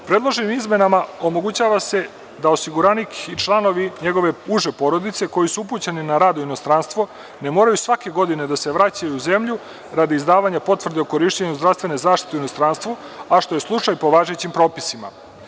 Predloženim izmenama omogućava se da osiguranik i članovi njegove uže porodice koji su upućeni na rad u inostranstvo ne moraju svake godine da se vraćaju u zemlju radi izdavanje potvrde o korišćenju zdravstvene zaštite u inostranstvu, a što je slučaj po važećim propisima.